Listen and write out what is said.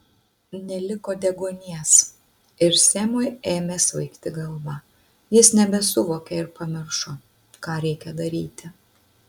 neliko deguonies ir semui ėmė svaigti galva jis nebesusivokė ir pamiršo ką reikia daryti